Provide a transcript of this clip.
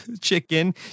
Chicken